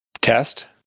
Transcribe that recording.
test